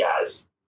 guys